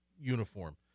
uniform